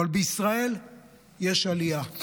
47%. אבל בישראל יש עלייה.